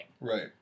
Right